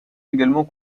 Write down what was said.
également